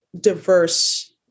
diverse